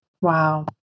Wow